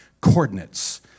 coordinates